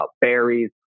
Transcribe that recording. berries